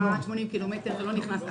ב-80 קילומטר עכו לא נכנסת.